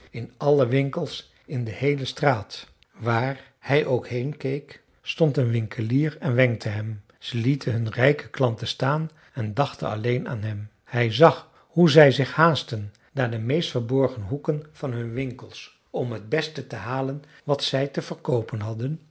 in alle winkels in de heele straat waar hij ook heen keek stond een winkelier en wenkte hem zij lieten hun rijke klanten staan en dachten alleen aan hem hij zag hoe zij zich haastten naar de meest verborgen hoeken van hun winkels om het beste te halen wat zij te verkoopen hadden